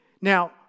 Now